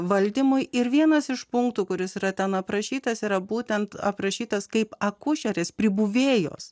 valdymui ir vienas iš punktų kuris yra ten aprašytas yra būtent aprašytas kaip akušerės pribuvėjos